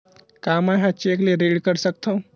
का मैं ह चेक ले ऋण कर सकथव?